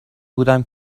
بودم